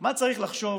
מה צריך לחשוב